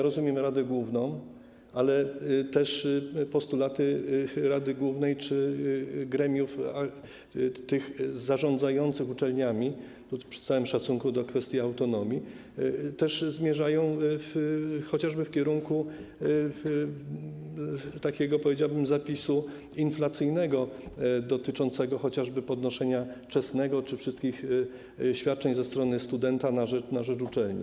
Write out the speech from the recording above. Rozumiem radę główną, ale też postulaty rady głównej czy gremiów zarządzających uczelniami - przy całym szacunku do kwestii autonomii - zmierzają w kierunku takiego, powiedziałbym, zapisu inflacyjnego dotyczącego chociażby podnoszenia czesnego czy wszystkich świadczeń ze strony studenta na rzecz uczelni.